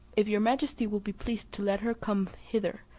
if your majesty will be pleased to let her come hither,